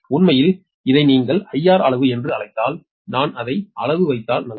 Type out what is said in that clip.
உண்மையில் இதை நீங்கள் I R அளவு என்று அழைத்தால் நான் அதை அளவு வைத்தால் நல்லது